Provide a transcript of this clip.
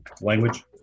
language